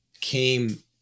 came